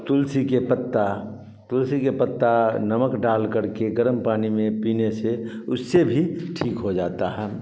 तुलसी के पत्ता तुलसी के पत्ता नमक डालकर के गर्म पानी में पीने से उससे भी ठीक हो जाता है